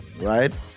right